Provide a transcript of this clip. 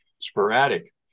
sporadic